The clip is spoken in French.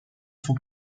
son